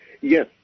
Yes